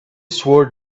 swore